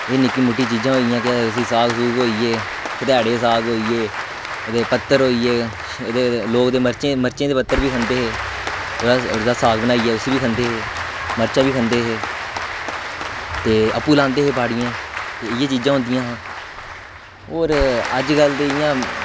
ओह् निक्की मुट्टी चीजां होइयां ओह् साग होई गे कतरेड़े दे साग होई गे ते ओह्दे पत्तर होई गे लोग ते मरचें दे पत्तर बी खंदे हे बस ओह्दा साग बनाइयै उस्सी बी खंदे हे ते मर्चां बी खंदे हे ते आपूं लांदे हे बाड़ियें ते इयै चीजां होंदियां हियां और अजकल्ल ते इं'या